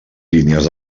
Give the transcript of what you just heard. línies